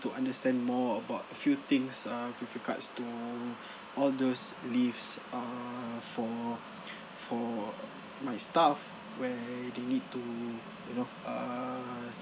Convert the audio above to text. to understand more about a few things uh with regards to all those leaves err for for my staff where they need to you know err